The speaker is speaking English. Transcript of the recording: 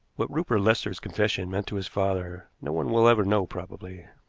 what rupert lester's confession meant to his father no one will ever know probably.